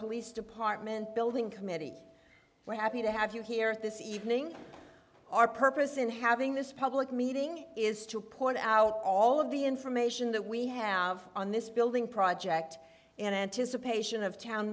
police department building committee we're happy to have you here this evening our purpose in having this public meeting is to point out all of the information that we have on this building project in anticipation of town